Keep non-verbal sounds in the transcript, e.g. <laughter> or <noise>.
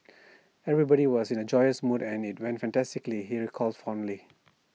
<noise> everybody was in A joyous mood and IT went fantastically he recalled fondly